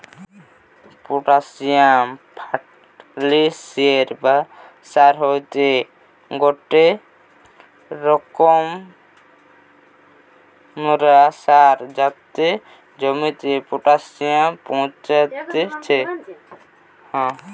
potassium ফার্টিলিসের বা সার হতিছে গটে রোকমকার সার যাতে জমিতে পটাসিয়াম পৌঁছাত্তিছে